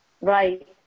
Right